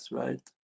right